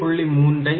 3 ஐ pin 3